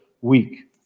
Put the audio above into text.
week